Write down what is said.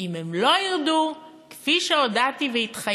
אם הם לא ירדו, כפי שהודעתי והתחייבתי,